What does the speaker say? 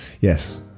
yes